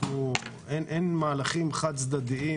אין מהלכים חד צדדים